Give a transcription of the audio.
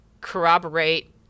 corroborate